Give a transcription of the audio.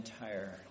entire